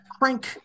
Crank